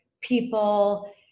people